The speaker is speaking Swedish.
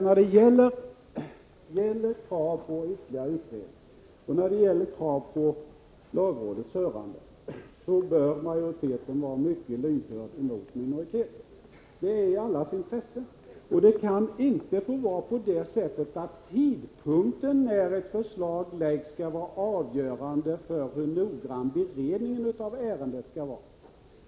När det gäller krav på ytterligare utredning och på lagrådets hörande bör majoriteten vara mycket lyhörd för minoriteten. Det är i allas intresse. Tidpunkten när ett förslag framläggs kan inte få vara avgörande för hur noggrann beredning av ärendet som görs.